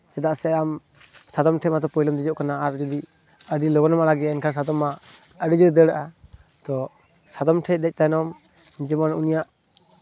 ᱪᱮᱫᱟᱜ ᱥᱮ ᱟᱢ ᱥᱟᱫᱚᱢ ᱴᱷᱮᱱ ᱢᱟᱛᱚ ᱯᱳᱭᱞᱳᱢ ᱫᱮᱡᱚᱜ ᱠᱟᱱᱟ ᱟᱨ ᱡᱩᱫᱤ ᱟᱨ ᱡᱩᱫᱤ ᱟᱹᱰᱤ ᱞᱚᱜᱚᱱ ᱮᱢ ᱟᱲᱟᱜᱮᱭᱟ ᱮᱱᱠᱷᱟᱱ ᱛᱚ ᱢᱟ ᱟᱹᱰᱤ ᱡᱳᱨᱮ ᱫᱟᱹᱲᱟᱜᱼᱟ ᱛᱳ ᱥᱟᱫᱚᱢ ᱴᱷᱮᱱ ᱫᱮᱡ ᱛᱟᱭᱱᱚᱢ ᱡᱮᱢᱚᱱ ᱩᱱᱤᱭᱟᱜ